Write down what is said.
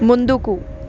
ముందుకు